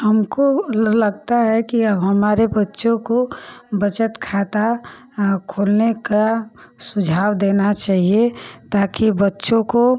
हमको लग लगता है कि अब हमारे बच्चों को बचत खाता खोलने का सुझाव देना चहिए ताकि बच्चों को